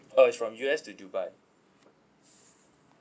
uh it's from U_S to dubai